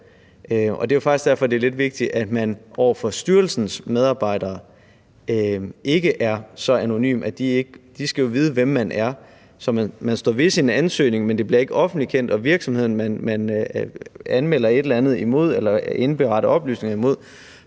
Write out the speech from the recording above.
det er lidt vigtigt, at man over for styrelsens medarbejdere ikke er så anonym, at de ikke ved, hvem man er; de skal jo vide, hvem man er. Så man skal stå ved sin ansøgning, men det bliver ikke offentligt kendt, og virksomheden, man anmelder et eller andet imod eller indberetter oplysninger om,